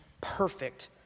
perfect